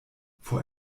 for